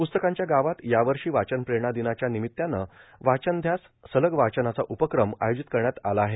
प्रस्तकांच्या गावात यावर्षा वाचन प्रेरणा र्दिनाच्या र्नामत्तानं वाचनध्यास सलग वाचनाचा उपकम आयोजित करण्यात आला आहे